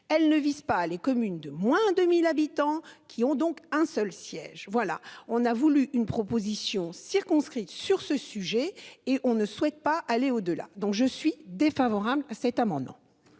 elle ne vise pas les communes de moins de 1000 habitants qui ont donc un seul siège. Voilà, on a voulu une proposition circonscrit sur ce sujet et on ne souhaite pas aller au-delà. Donc je suis défavorable à cet amendement.